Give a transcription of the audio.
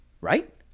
right